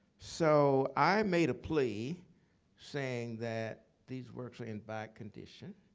so i made a plea saying that these works are in bad condition.